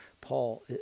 paul